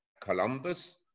Columbus